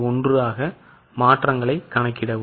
1 ஆக மாற்றங்களை கணக்கிட வேண்டும்